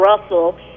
Russell